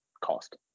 cost